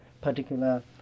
particular